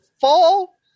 fall